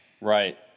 Right